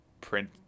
print